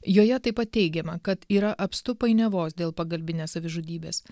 joje taip pat teigiama kad yra apstu painiavos dėl pagalbinės savižudybės